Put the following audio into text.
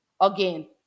again